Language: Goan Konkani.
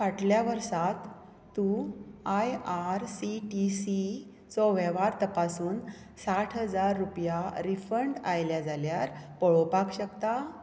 फाटल्या वर्सा त तूं I R C T C चो वेव्हार तपासून साठ हजार रुपया रिफंड आयल्या जाल्यार पळोवपाक शकता